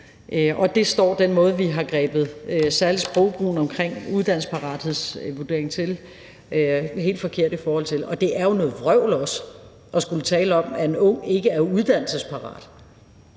noget. Og den måde, vi har grebet særlig sprogbrugen omkring uddannelsesparathedsvurdering an på, står helt forkert i forhold til det. Og det er jo også noget vrøvl at skulle tale om, at en ung ikke er uddannelsesparat.